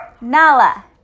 Nala